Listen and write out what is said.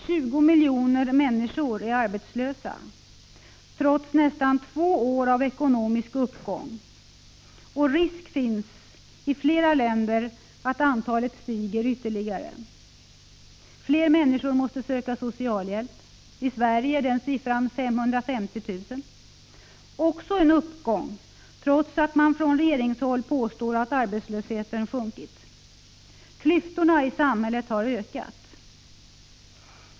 20 miljoner människor är arbetslösa trots nästan två år av ekonomisk uppgång, och risk finns att antalet stiger ytterligare i flera länder. Fler människor måste söka socialhjälp. I Sverige är siffran för antalet socialhjälpstagare 550 000 — också en uppgång, trots att man från regeringshåll påstår att arbetslösheten sjunkit. Klyftorna i samhället har ökat.